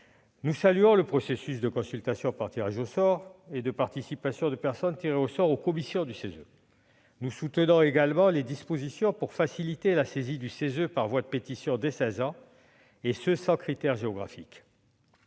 Nous saluons donc le processus de consultation par tirage au sort et de participation de personnes tirées au sort aux commissions du CESE. Nous soutenons également les dispositions visant à faciliter la saisine du CESE par voie de pétition dès l'âge de 16 ans, et ce sans critères géographiques.